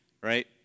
right